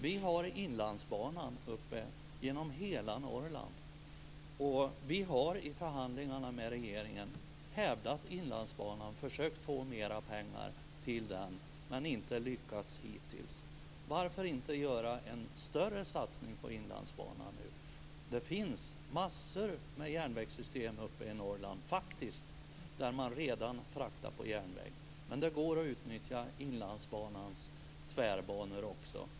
Vi har Inlandsbanan genom hela Norrland. Vi har i förhandlingarna med regeringen framhävt Inlandsbanan och försökt få mera pengar till den men hittills inte lyckats. Varför inte göra en större satsning på Inlandsbanan nu? Det finns massor med järnvägssystem uppe i Norrland där man redan fraktar, men det går att utnyttja Inlandsbanans tvärbanor också.